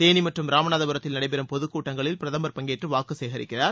தேனி மற்றும் ராமநாதபுரத்தில் நடைபெறும் பொதுக்கூட்டங்களில் பிரதமர் பங்கேற்று வாக்கு சேகரிக்கிறார்